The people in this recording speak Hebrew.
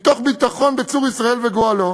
מתוך ביטחון בצור ישראל וגואלו,